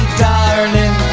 darling